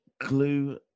Glue